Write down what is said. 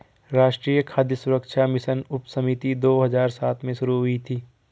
राष्ट्रीय खाद्य सुरक्षा मिशन उपसमिति दो हजार सात में शुरू हुई थी